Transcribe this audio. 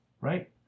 right